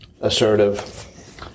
Assertive